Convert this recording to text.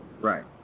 Right